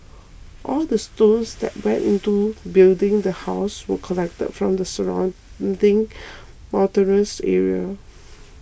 all the stones that went into building the house were collected from the surrounding mountainous area